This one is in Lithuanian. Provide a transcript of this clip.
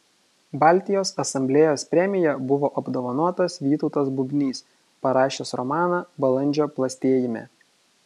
baltijos asamblėjos premija buvo apdovanotas vytautas bubnys parašęs romaną balandžio plastėjime